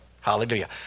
Hallelujah